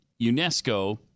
UNESCO